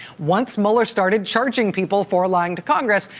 once mueller started charging people for lying to congress,